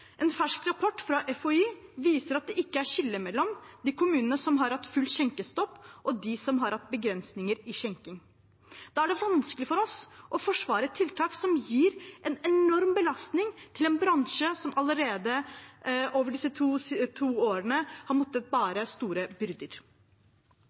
En fersk rapport fra FHI viser at det ikke er skille mellom de kommunene som har hatt full skjenkestopp, og de som har hatt begrensninger i skjenking. Da er det vanskelig for oss å forsvare tiltak som er en enorm belastning for en bransje som over disse to årene allerede har måttet